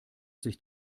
sich